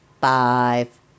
five